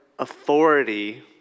Authority